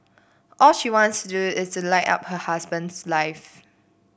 all she wants to do is to light up her husband's life